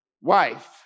wife